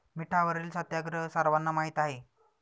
मिठावरील सत्याग्रह सर्वांना माहीत आहे